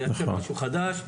לייצר משהו חדש,